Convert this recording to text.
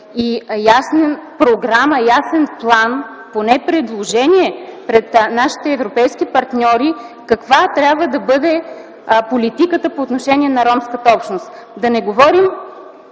ясна програма и ясен план, поне предложение, пред нашите европейски партньори каква трябва да бъде политиката по отношение на ромската общност. Да не говорим,